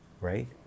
right